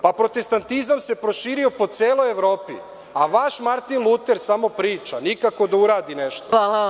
Pa, protestantizam se raširio po celoj Evropi, a vaš Martin Luter samo priča, nikako da uradi nešto.